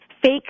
fake